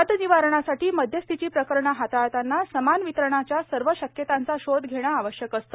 वाद निवारणासाठी मध्यस्थीची प्रकरणे हाताळताना समान वितरणाच्या सर्व शक्यतांचा शोध घेणे आवश्यक असते